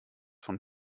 von